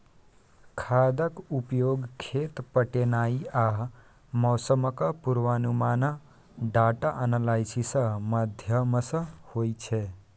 खादक उपयोग, खेत पटेनाइ आ मौसमक पूर्वानुमान डाटा एनालिसिस माध्यमसँ होइ छै